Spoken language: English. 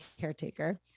caretaker